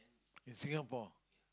in Singapore